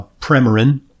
premarin